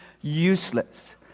useless